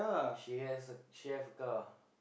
she has the she have a car